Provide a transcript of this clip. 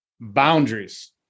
boundaries